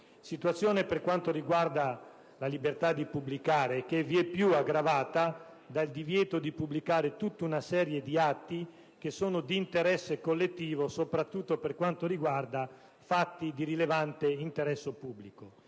Situazione che, per quanto riguarda la libertà di pubblicare, è vieppiù aggravata dal divieto di pubblicare tutta una serie di atti di interesse collettivo, soprattutto per quanto concerne fatti di rilevante interesse pubblico.